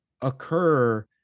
occur